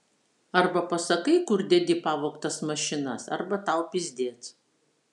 arba pasakai kur dedi pavogtas mašinas arba tau pizdiec